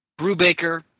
Brubaker